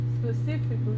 Specifically